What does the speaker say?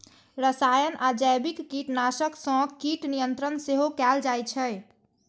रसायन आ जैविक कीटनाशक सं कीट नियंत्रण सेहो कैल जाइ छै